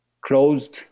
closed